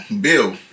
Bill